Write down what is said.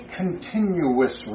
continuous